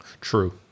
True